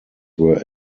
were